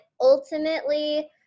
ultimately